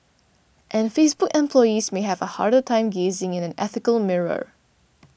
and Facebook employees may have a harder time gazing in an ethical mirror